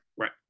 right